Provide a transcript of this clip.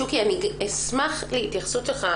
שוקי, אני אשמח להתייחסות שלך.